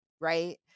Right